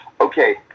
okay